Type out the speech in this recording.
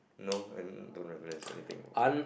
no I don't recognise anything